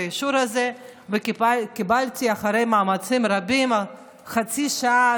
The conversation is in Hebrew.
האישור הזה וקיבלתי אחרי מאמצים רבים חצי שעה,